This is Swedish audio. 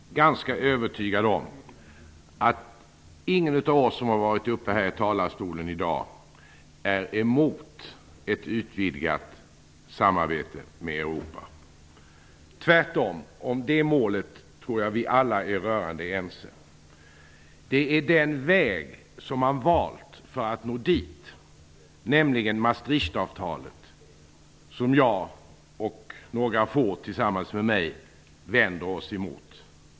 Herr talman! Jag är ganska övertygad om att ingen av oss som har varit uppe i talarstolen i dag är emot ett utvidgat samarbete med Europa, tvärtom. Om det målet tror jag att vi alla är rörande ense. Det är den väg som man har valt för att nå dit, nämligen Maastrichtavtalet, som jag och några få tillsammans med mig är emot.